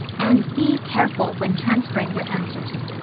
and be careful when transferring your answers.